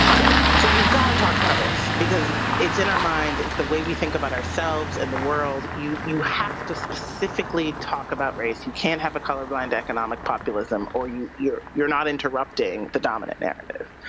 yeah. so you've got to talk about race because it's in our minds, it's the way we think about ourselves and the world. you you have to specifically talk about race. you can't have a colorblind economic populism or you're you're not interrupting the dominant narrative.